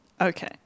Okay